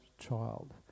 child